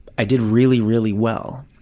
i did really, really well.